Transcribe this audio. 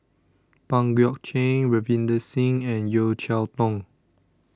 Pang Guek Cheng Ravinder Singh and Yeo Cheow Tong